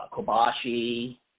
Kobashi